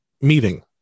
meeting